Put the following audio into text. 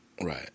Right